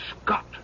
Scott